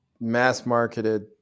mass-marketed